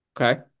Okay